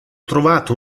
trovato